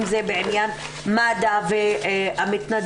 אם זה בעניין מד"א והמתנדבים,